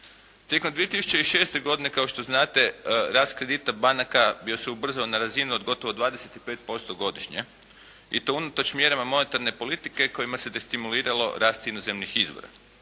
Tijekom 2006. godine kao što znate rast kredita banaka bio se ubrzao na razinu od gotovo 25% godišnje i to unatoč mjerama monetarne politike kojima se destimuliralo rast inozemnih izvora.